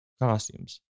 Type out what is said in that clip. costumes